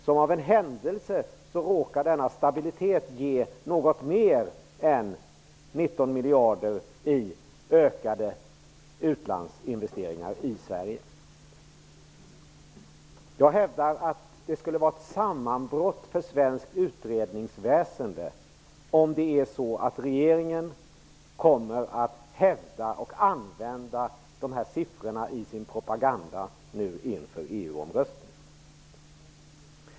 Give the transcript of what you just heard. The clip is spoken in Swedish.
Som av en händelse råkar denna stabilitet ge något mer än 19 Jag hävdar att det skulle vara ett sammanbrott för svenskt utredningsväsende om det är så att regeringen kommer att hävda och använda dessa siffror i sin propaganda inför EU-omröstningen.